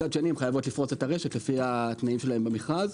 מצד שני הן חייבות לפרוץ את הרשת לפי התנאים שלהם במכרז.